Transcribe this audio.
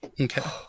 Okay